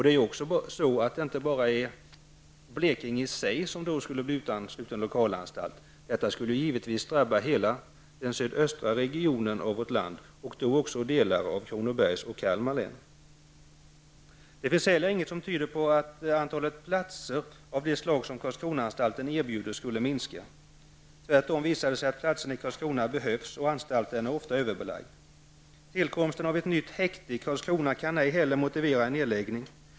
Det är inte bara Blekinge i sig som blir utan lokalanstalt. Detta skulle givetvis drabba hela sydöstra regionen av vårt land och då också delar av Kronobergs och Det finns heller inget som tyder på att behovet av antalet platser av det slag som Karlskronaanstalten erbjuder skulle minska. Tvärtom visar det sig att platserna i Karlskrona behövs och att anstalten ofta är överbelagd. Tillkomsten av ett nytt häkte i Karlskrona kan inte heller motivera en nedläggning.